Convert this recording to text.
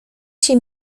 się